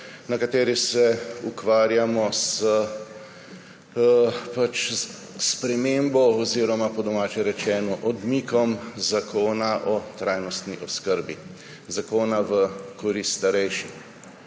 na kateri se ukvarjamo s spremembo oziroma po domače rečeno odmikom zakona o trajnostni oskrbi, zakona v korist starejšim.